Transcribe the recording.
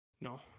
No